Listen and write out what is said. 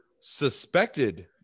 suspected